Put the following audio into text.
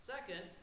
Second